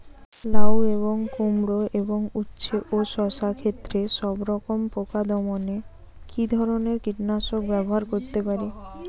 লাউ এবং কুমড়ো এবং উচ্ছে ও শসা ক্ষেতে সবরকম পোকা দমনে কী ধরনের কীটনাশক ব্যবহার করতে পারি?